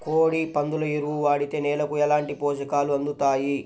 కోడి, పందుల ఎరువు వాడితే నేలకు ఎలాంటి పోషకాలు అందుతాయి